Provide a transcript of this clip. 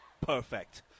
perfect